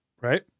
Right